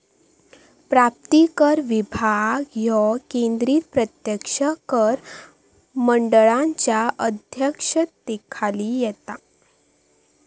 प्राप्तिकर विभाग ह्यो केंद्रीय प्रत्यक्ष कर मंडळाच्या अध्यक्षतेखाली येता